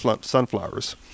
sunflowers